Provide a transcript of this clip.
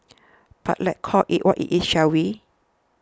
but let's call it what it is shall we